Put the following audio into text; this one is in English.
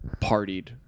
partied